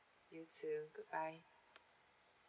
you too goodbye